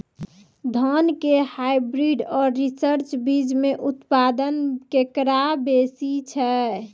धान के हाईब्रीड और रिसर्च बीज मे उत्पादन केकरो बेसी छै?